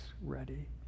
ready